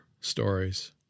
stories